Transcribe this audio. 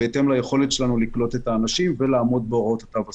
בהתאם ליכולת שלנו לקלוט את האנשים ולעמוד בהוראות התו הסגול.